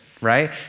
right